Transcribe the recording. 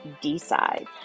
Decide